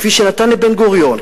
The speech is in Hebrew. כפי שנתן לבן-גוריון,